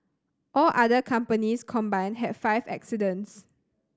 all other companies combined had five accidents